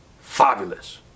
fabulous